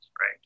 right